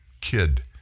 kid